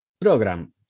program